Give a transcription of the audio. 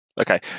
Okay